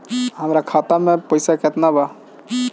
हमरा खाता में पइसा केतना बा?